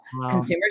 consumers